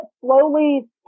slowly